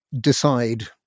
decide